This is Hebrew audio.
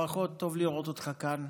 ברכות, טוב לראות אותך כאן.